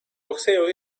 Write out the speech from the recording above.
boxeo